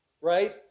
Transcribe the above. right